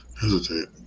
hesitate